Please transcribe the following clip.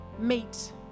meet